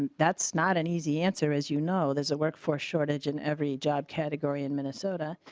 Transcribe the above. and that's not an easy answer is you know there's a workforce shortage in every job category and minnesota.